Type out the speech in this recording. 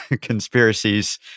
conspiracies